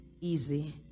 easy